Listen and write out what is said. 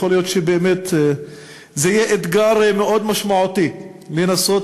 יכול להיות שבאמת זה יהיה אתגר מאוד משמעותי לנסות